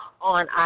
on